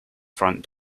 front